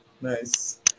nice